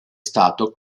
stato